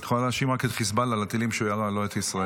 את יכולה להאשים רק את חיזבאללה על הטילים שהוא ירה לא את ישראל.